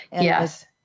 Yes